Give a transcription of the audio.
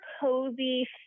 cozy